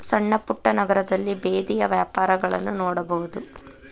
ಸಣ್ಣಪುಟ್ಟ ನಗರದಲ್ಲಿ ಬೇದಿಯ ವ್ಯಾಪಾರಗಳನ್ನಾ ನೋಡಬಹುದು